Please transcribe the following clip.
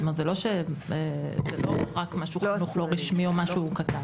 זאת אומרת, זה לא רק חינוך לא-רשמי או משהו קטן.